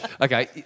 Okay